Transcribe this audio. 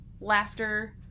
laughter